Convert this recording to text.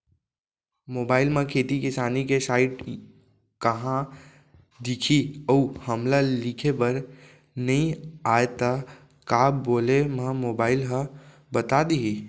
Mobile म खेती किसानी के साइट कहाँ दिखही अऊ हमला लिखेबर नई आय त का बोले म मोबाइल ह बता दिही?